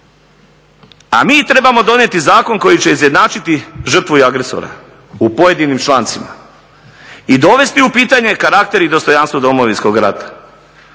A mi trebamo donijeti zakon koji će izjednačiti žrtvu i agresora u pojedinim člancima i dovesti u pitanje karakter i dostojanstvo Domovinskog rata.